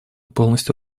полностью